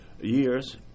years